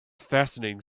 fascinating